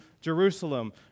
Jerusalem